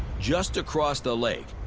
just across the lake.